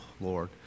Lord